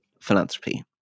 philanthropy